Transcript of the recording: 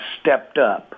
stepped-up